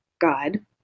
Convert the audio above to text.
God